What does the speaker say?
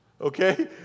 Okay